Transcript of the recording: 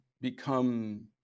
become